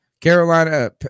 Carolina